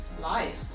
life